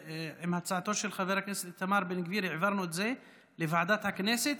את הצעתו של חבר הכנסת איתמר בן גביר זה לוועדת הכנסת,